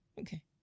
Okay